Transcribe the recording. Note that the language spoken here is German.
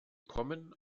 kommen